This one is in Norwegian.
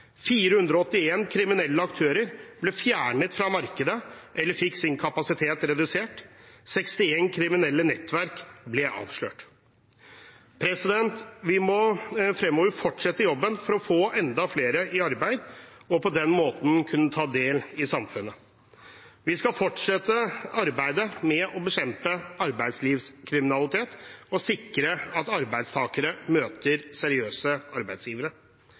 kriminelle aktører ble fjernet fra markedet eller fikk sin kapasitet redusert. 61 kriminelle nettverk ble avslørt. Vi må fremover fortsette jobben for å få enda flere i arbeid, slik at de på den måten kan ta del i samfunnet. Vi skal fortsette arbeidet med å bekjempe arbeidslivskriminalitet og sikre at arbeidstakere møter seriøse arbeidsgivere.